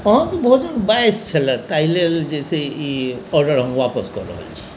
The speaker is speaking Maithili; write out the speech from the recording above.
अहाँके भोजन बाइस छलए ताहि लेल जे छै ई आर्डर हम वापस कऽ रहल छी